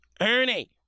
Ernie